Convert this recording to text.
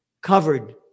covered